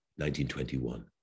1921